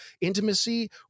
intimacy